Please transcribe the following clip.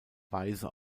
weise